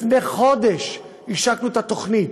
לפני חודש השקנו את התוכנית.